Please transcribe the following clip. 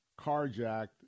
carjacked